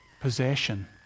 possession